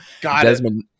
Desmond